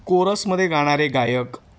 कोरसमध्ये गाणारे गायक